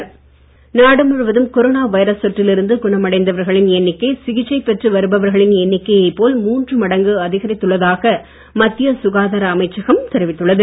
corona நாடு முழுவதும் corona virus தொற்றிலிருந்து நாடு குணமடைந்தவர்களின் எண்ணிக்கை சிகிச்சைப் பெற்று வருபவர்களின் எண்ணிக்கையைப்போல் மூன்று மடங்கு அதிகரித்துள்ளதாக மத்திய சுகாதார அமைச்சகம் தெரிவித்துள்ளது